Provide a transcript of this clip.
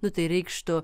nu tai reikštų